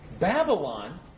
Babylon